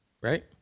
right